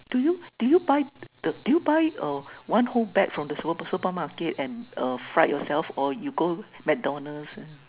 do you do you buy the do you buy uh one whole bag from the small supermarket and uh fried yourself or you go McDonald's